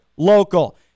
local